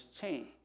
change